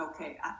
okay